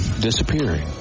disappearing